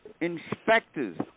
inspectors